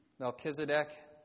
Melchizedek